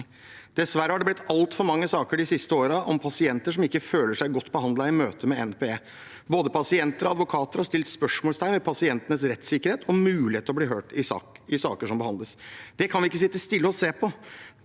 Dessverre har det blitt altfor mange saker de siste årene om pasienter som ikke føler seg godt behandlet i møte med NPE. Både pasienter og advokater har satt spørsmålstegn ved pasientenes rettssikkerhet og mulighet til å bli hørt i saker som behandles. Dette kan vi ikke sitte stille og se på.